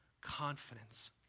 confidence